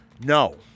no